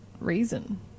reason